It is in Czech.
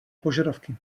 požadavky